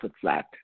flat